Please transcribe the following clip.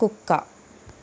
కుక్క